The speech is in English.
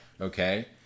Okay